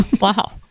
Wow